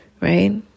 Right